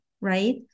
right